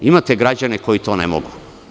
Imate građane koji to ne mogu.